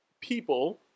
people